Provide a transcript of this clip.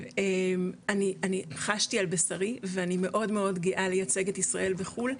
אני חשתי על בשרי ואני מאוד מאוד גאה לייצג את ישראל בחו"ל,